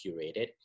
curated